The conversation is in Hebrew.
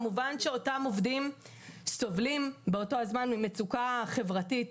כמובן שאותם עובדים סובלים באותו זמן ממצוקה חברתית